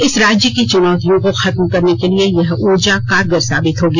इस राज्य की चुनौतियों को खत्म करने के लिए यह ऊर्जा कारगर साबित होगी